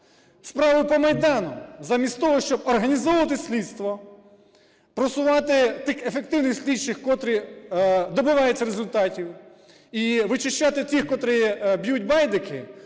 Справи по Майдану. Замість того, щоб організовувати слідство, просувати тих ефективних слідчих, котрі добиваються результатів, і вичищати тих, котрі б'ють байдики,